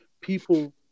people